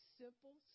simple